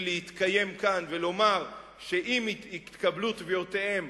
להתקיים כאן ולומר שאם יתקבלו תביעותיהם,